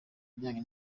bijyanye